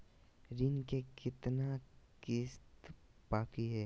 ऋण के कितना किस्त बाकी है?